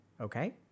Okay